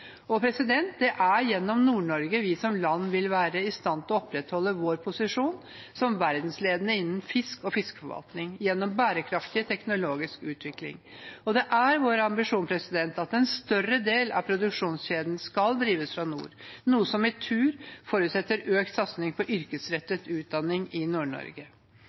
Det er gjennom Nord-Norge vi som land vil være i stand til å opprettholde vår posisjon som verdensledende innen fisk og fiskeforvaltning gjennom bærekraftig teknologisk utvikling. Det er vår ambisjon at en større del av produksjonskjeden skal drives fra nord, noe som i tur forutsetter økt satsing på yrkesrettet utdanning i